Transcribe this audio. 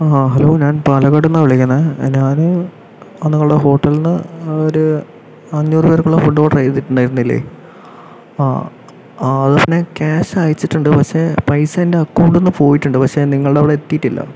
ആ ഹലോ ഞാൻ പാലക്കാട് നിന്നാണ് വിളിക്കുന്നത് ഞാൻ നിങ്ങളുടെ ഹോട്ടലിൽ നിന്ന് ഒര് അഞ്ഞൂറ് പേർക്കുള്ള ഫുഡ് ഓർഡർ ചെയ്തിട്ടുണ്ടായിരുന്നില്ലേ ആ അതിൻ്റെ ക്യാഷ് അയച്ചിട്ടുണ്ട് പക്ഷെ പൈസ എൻ്റെ അക്കൗണ്ടിൽ നിന്ന് പോയിട്ടുണ്ട് പക്ഷെ നിങ്ങളുടെ അവിടെ എത്തിയിട്ടില്ല